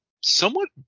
somewhat